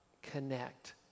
connect